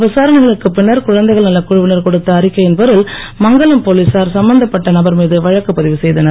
விசாரணைகளுக்குப் பின்னர் குழந்தைகள் நலக் குழுவினர் கொடுத்த அறிக்கையின் பேரில் மங்கலம் போலீசார் சம்பந்தப்பட்ட நபர் மீது வழக்கு பதிவு செய்தனர்